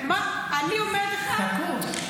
אני אומרת לך --- חכו.